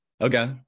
Okay